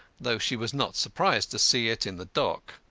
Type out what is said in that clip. though she was not surprised to see it in the dock.